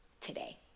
today